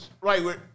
right